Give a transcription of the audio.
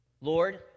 Lord